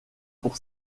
pour